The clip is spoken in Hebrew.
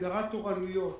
הגדרת תורניות,